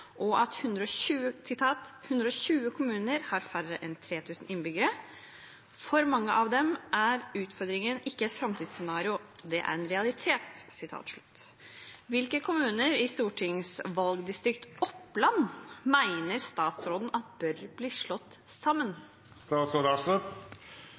kommuner har færre enn 3 000 innbyggere. For mange av dem er utfordringene ikke et fremtidsscenario. Det er en realitet.» Hvilke kommuner i stortingsvalgdistrikt Oppland mener statsråden bør bli slått